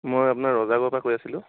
মই আপোনাৰ ৰজাগড়ৰ পৰা কৈ আছিলোঁ